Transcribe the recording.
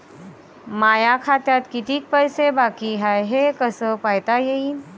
माया खात्यात कितीक पैसे बाकी हाय हे कस पायता येईन?